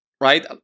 Right